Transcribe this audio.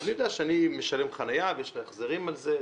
אני משלם חנייה ויש החזרים על זה.